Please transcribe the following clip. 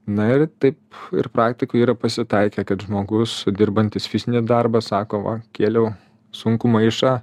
na ir taip ir praktikoj yra pasitaikę kad žmogus dirbantis fizinį darbą sako va kėliau sunkų maišą